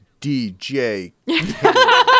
DJ